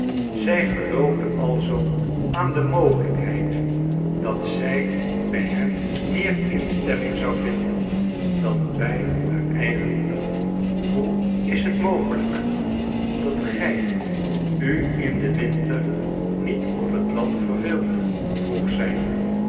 zij geloofde alzoo aan de mogelijkheid dat zij bij hem meer instemming zou vinden dan bij haar eigen moeder hoe is het mogelijk dat gij u in den winter niet op het land verveelt vroeg zij